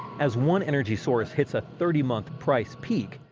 as one energy source hits a thirty month price peak,